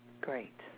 Great